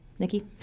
Nikki